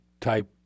type